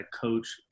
coach